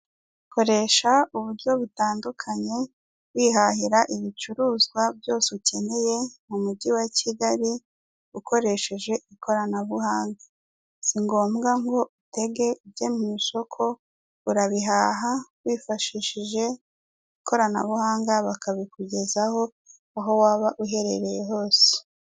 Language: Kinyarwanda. Korehsa uburyo butandukanye wihahira ibicuruzwa byose ukeneye mu mujyi wa Kigali ukoresheje ikoranabuhanga, si ngombwa ngo utege ujye mu isoko urabihaha wifashishije ikoranabuhanga bakabikugezaho aho waba uhererye hose.